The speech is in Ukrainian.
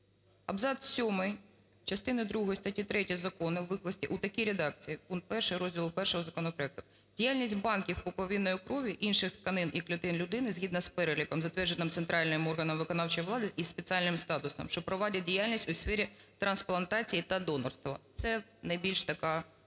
абзац 7 частини другої статті 3 закону викласти у такій редакції. Пункт 1 розділ І законопроекту: "Діяльність банків пуповинної крові, інших тканин і клітин людини згідно з переліком, затвердженим центральним органом виконавчої влади із спеціальним статусом, що проводять діяльність у сфері трансплантації та донорства". Це найбільш така об'єктивна